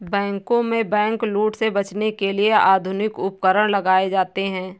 बैंकों में बैंकलूट से बचने के लिए आधुनिक उपकरण लगाए जाते हैं